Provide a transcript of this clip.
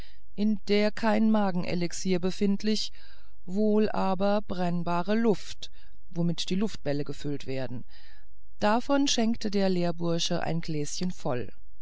in der kein magenelixir befindlich wohl aber brennbare luft womit die luftbälle gefüllt werden davon schenkte der lehrbursche ein gläschen voll